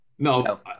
No